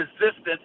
resistance